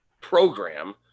program